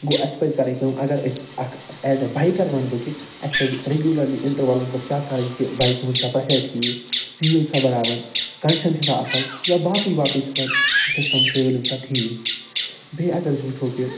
گوٚو اسہِ پَزِ کَرٕنۍ کٲم اَگر أسۍ اکھ ایز اے بایکر وَنہٕ بہٕ کہِ اسہِ پَزِ رِگیٛوٗلرلی اِنٹروَلَن پٮ۪ٹھ چیٚک کرٕنۍ کہِ بایِکہِ ہنٛد چھا پرٛیٚشَر ٹھیٖک تیٖل چھُ سا برابر کَنڈِشَن چھےٚ سا اصٕل یا باقٕے باقٕے چھِ سا سِسٹم سٲلم چھِ سا ٹھیٖک بیٚیہِ اَگر أسۍ وُچھو کہِ